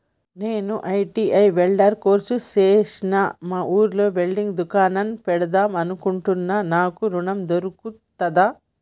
నేను ITI welder course చేశ్న మా ఊర్లో వెల్డింగ్ దుకాన్ పెడదాం అనుకుంటున్నా నాకు ఋణం దొర్కుతదా?